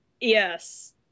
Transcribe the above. Yes